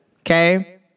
Okay